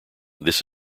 this